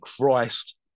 Christ